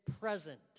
present